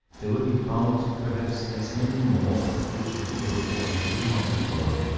there will be found, perhaps, as many more which it were advisable not to follow,